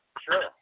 sure